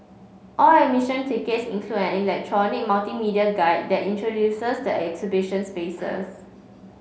all admission tickets include an electronic multimedia guide that introduces the exhibition spaces